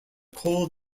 cold